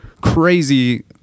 crazy